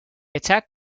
attack